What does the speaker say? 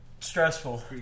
Stressful